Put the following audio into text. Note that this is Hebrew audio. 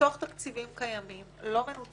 מתוך תקציבים קיימים לא מנוצלים